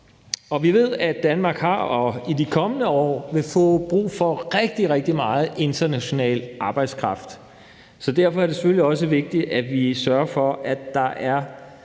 Vi ved, at Danmark har og i de kommende år vil få brug for rigtig, rigtig meget international arbejdskraft. Så derfor er det selvfølgelig også vigtigt, at vi sørger for, at der er